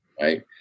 Right